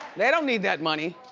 they don't need that money.